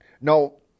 No